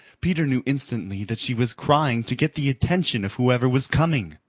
peter knew instantly that she was crying to get the attention of whoever was coming.